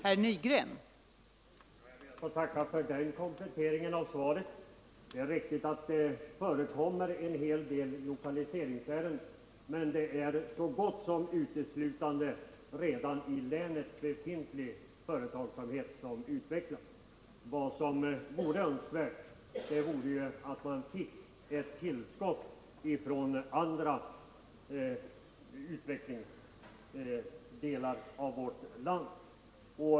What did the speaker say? Fru talman! Jag tackar för den kompletteringen av svaret. Det är riktigt att vi har en hel del lokaliseringsärenden, men det är så gott som uteslutande redan i länet befintliga företag som utvecklas. Vad som är önskvärt vore ett tillskott från andra delar av vårt land.